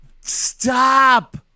stop